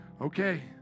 okay